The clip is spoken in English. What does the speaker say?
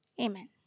Amen